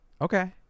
Okay